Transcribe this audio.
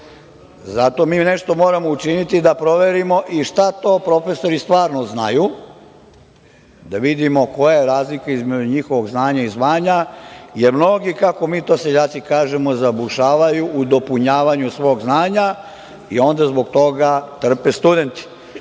zato mi nešto moramo učiniti, da proverimo i šta to profesori stvarno znaju. Da vidimo koja je razlika između njihovog znanja i zvanja, jer mnogi, kako mi to seljaci kažemo zabušavaju u dopunjavanju svog znanja i onda zbog toga trpe studenti,